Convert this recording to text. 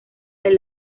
del